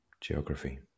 geography